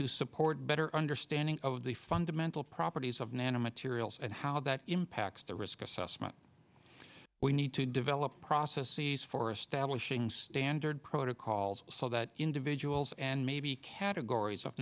to support better understanding of the fundamental properties of nanomaterials and how that impacts the risk assessment we need to develop process sees for establishing standard protocols so that individuals and maybe categories of